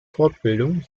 fortbildung